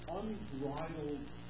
unbridled